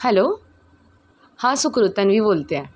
hello हा सुकृत तन्वी बोलते आहे